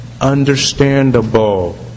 understandable